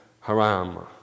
haram